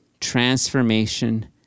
transformation